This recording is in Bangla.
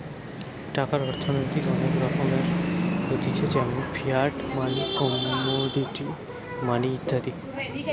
টাকার অর্থনৈতিক অনেক রকমের হতিছে যেমন ফিয়াট মানি, কমোডিটি মানি ইত্যাদি